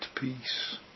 peace